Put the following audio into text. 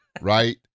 Right